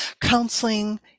counseling